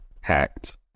hacked